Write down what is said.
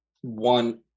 one